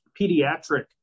pediatric